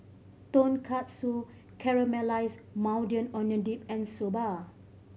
Tonkatsu Caramelize Maui Onion Dip and Soba